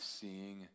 seeing